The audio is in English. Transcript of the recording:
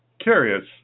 curious